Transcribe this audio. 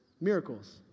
miracles